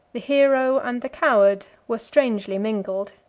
the hero and the coward were strangely mingled.